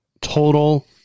total